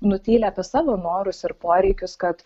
nutyli apie savo norus ir poreikius kad